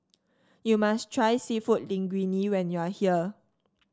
you must try seafood Linguine when you are here